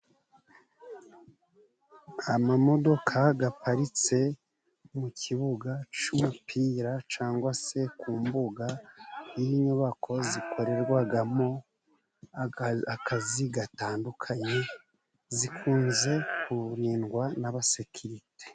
Amamodoka aparitse mu kibuga cy'umupira cyangwa se ku mbuga y'inyubako , zikorerwamo akazi gatandukanye zikunze kurindwa n'abasekirite.